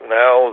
now